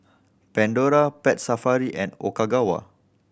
Pandora Pet Safari and Ogawa